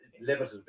limited